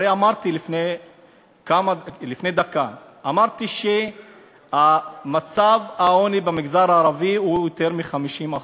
הרי אמרתי לפני דקה ששיעור העוני במגזר הערבי הוא יותר מ-50%,